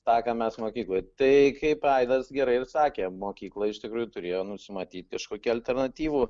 tą ką mes mokykloj tai kaip aidas gerai ir sakė mokykla iš tikrųjų turėjo nusimatyti kažkokių alternatyvų